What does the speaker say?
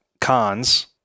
Cons